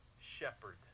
shepherd